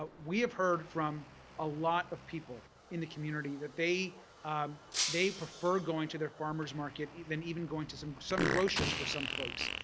but we have heard from a lot of people in the community that they ah they prefer going to their farmers market than even going to some some grocers for some folks.